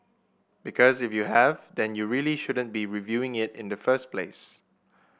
because if you have then you really shouldn't be reviewing it in the first place